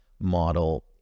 model